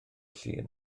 llun